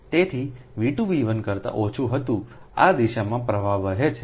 તેથીV2 V1 કરતા ઓછુંહતું આ દિશામાં પ્રવાહ વહે છે